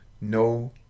No